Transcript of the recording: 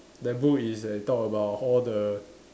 that book is like talk about all the